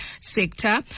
sector